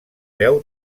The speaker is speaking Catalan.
veu